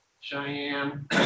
Cheyenne